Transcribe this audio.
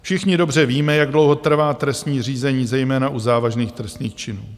Všichni dobře víme, jak dlouho trvá trestní řízení zejména u závažných trestných činů.